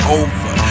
over